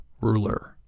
Ruler